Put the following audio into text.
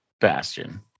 Bastion